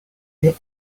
they